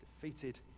defeated